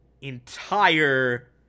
entire